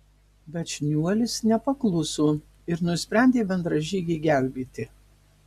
bet šniuolis nepakluso ir nusprendė bendražygį gelbėti